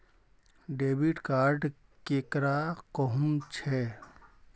Debit card केकरा कहुम छे?